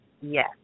yes